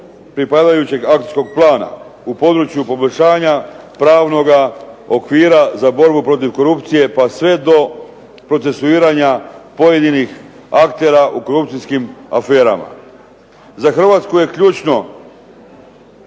pripadajućeg akcijskog plana u području poboljšanja pravnoga okvira za borbu protiv korupcije pa sve do procesuiranja pojedinih aktera u korupcijskim aferama. Za Hrvatsku je ključno